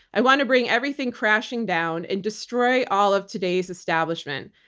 i want to bring everything crashing down and destroy all of today's establishment.